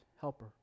helper